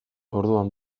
orduan